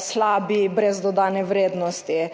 slabi, brez dodane vrednosti